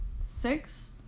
six